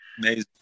Amazing